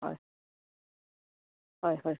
হয় হয় হয়